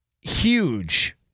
huge